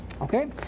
Okay